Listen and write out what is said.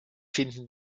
finden